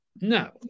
no